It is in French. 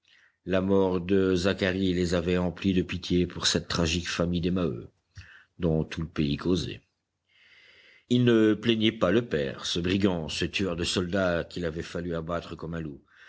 la mort de zacharie les avait emplis de pitié pour cette tragique famille des maheu dont tout le pays causait ils ne plaignaient pas le père ce brigand ce tueur de soldats qu'il avait fallu abattre comme un loup